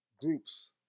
groups